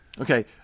Okay